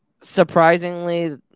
Surprisingly